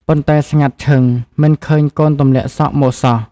ប៉ុន្តែ ស្ងាត់ឈឹងមិនឃើញកូនទម្លាក់សក់មកសោះ ។